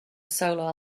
solo